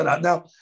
Now